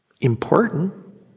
important